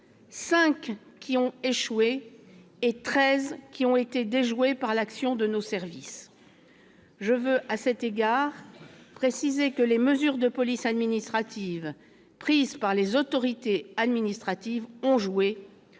qui ont échoué et treize qui ont été déjouées par l'action de nos services. Je veux à cet égard préciser que les mesures de police administrative prises par les autorités administratives ont joué,